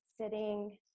sitting